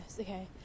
Okay